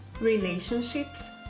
relationships